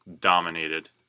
dominated